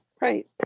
right